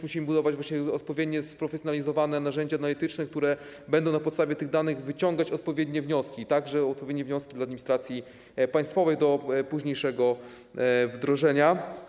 Musimy więc budować również odpowiednio sprofesjonalizowane narzędzia analityczne, które będą na podstawie tych danych wyciągać odpowiednie wnioski, odpowiednie także dla administracji państwowej do późniejszego wdrożenia.